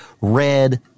red